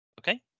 Okay